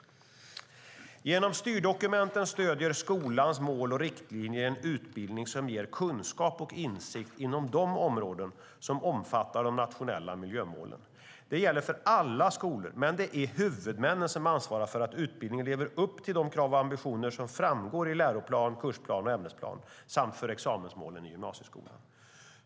Genom styrdokumenten stöder skolans mål och riktlinjer en utbildning som ger kunskap och insikt inom de områden som omfattar de nationella miljömålen. De gäller för alla skolor, men det är huvudmännen som ansvarar för att utbildningen lever upp till de krav och ambitioner som framgår i läro-, kurs-, och ämnesplanerna samt för examensmålen i gymnasieskolan.